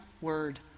word